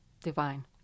divine